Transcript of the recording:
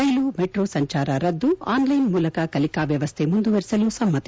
ರೈಲು metro ಸಂಚಾರ ರದ್ದು online ಮೂಲಕ ಕಲಿಕಾ ವ್ಲವಸ್ಥೆ ಮುಂದುವರೆಸಲು ಸಮ್ನತಿ